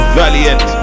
valiant